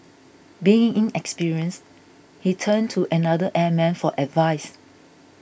being inexperienced he turned to another airman for advice